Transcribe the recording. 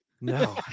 No